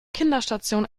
kinderstation